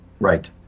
Right